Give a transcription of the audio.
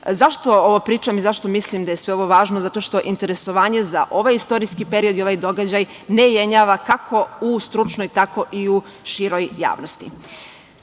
ovo pričam i zašto mislim da je sve ovo važno? Zato što interesovanje za ovaj istorijski period i ovaj događaj ne jenjava kako u stručnoj, tako i u široj javnosti. Činilo